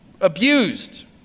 abused